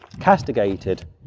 castigated